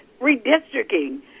redistricting